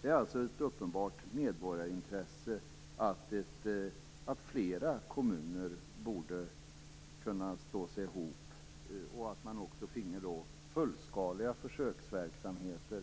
Det vore alltså ett uppenbart medborgarintresse om flera kommuner kunde slå sig ihop, och om man också finge fullskaliga försöksverksamheter